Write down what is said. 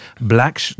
Black